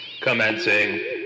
commencing